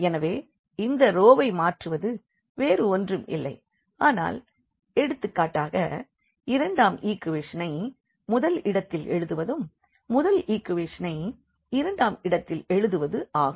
எனவே இந்த ரோவை மாற்றுவது வேறு ஒன்றுமில்லை ஆனால் எடுத்துக்காட்டாக இரண்டாம் ஈக்குவேஷனை முதல் இடத்தில் எழுதுவதும் முதல் ஈக்குவேஷனை இரண்டாம் இடத்திலும் எழுதுவது ஆகும்